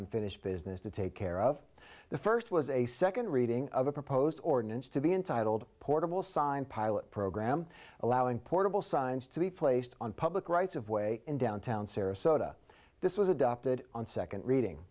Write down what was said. unfinished business to take care of the first was a second reading of a proposed ordinance to be entitled portable sign pilot program allowing portable signs to be placed on public rights of way in downtown sarasota this was adopted on second reading